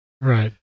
Right